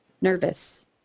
nervous